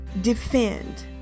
defend